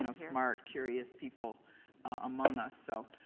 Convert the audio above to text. you know smart, curious, people among us. so